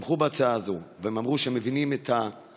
תמכו בהצעה הזו והם אמרו שהם מבינים את הבקשה